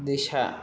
दैसा